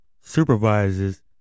supervises